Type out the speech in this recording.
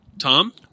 Tom